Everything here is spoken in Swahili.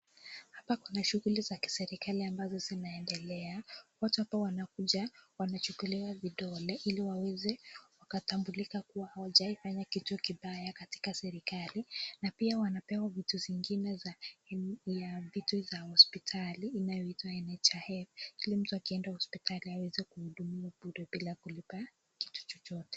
Hapa kuna shughuli za kiserikali ambazo zinaendelea. Watu hapa wanakuja wanachukuliwa vidole ili waweze wakatambulika kuwa hawajawahi fanya kitu kibaya katika serikali. Na pia wanapewa vitu zingine za vitu za hospitali inayoitwa NHIF . Ili mtu akienda hospitali aweze kuhudumiwa bure bila kulipa kitu chochote.